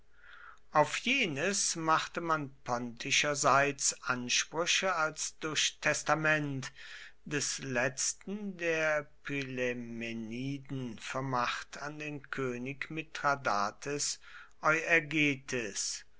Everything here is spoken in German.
auf jenes machte man pontischerseits ansprüche als durch testament des letzten der pylämeniden vermacht an den könig mithradates